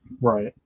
Right